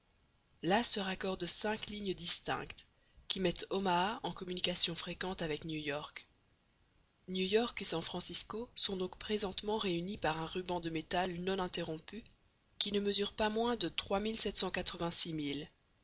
là se raccordent cinq lignes distinctes qui mettent omaha en communication fréquente avec new york new york et san francisco sont donc présentement réunis par un ruban de métal non interrompu qui ne mesure pas moins de